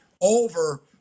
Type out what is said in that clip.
over